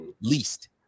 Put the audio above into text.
Least